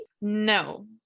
No